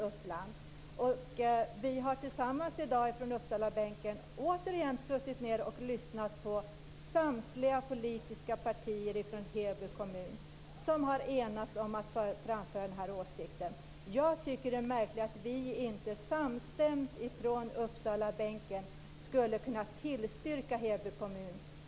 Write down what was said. Vi från Uppsalabänken har tillsammans i dag återigen suttit ned och lyssnat på samtliga politiska partier från Heby kommun, som har enats om att framföra denna åsikt. Jag tycker att det vore märkligt om vi från Uppsalabänken inte samstämt skulle kunna tillstyrka Heby kommuns begäran.